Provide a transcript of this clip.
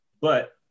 but-